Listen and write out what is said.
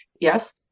Yes